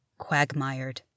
quagmired